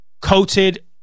coated